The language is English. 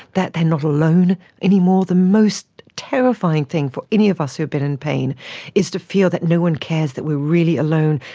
that they are not alone any more. the most terrifying thing for any of us who have been in pain is to feel that no one cares that we are really alone,